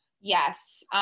Yes